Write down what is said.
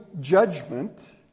judgment